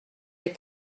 les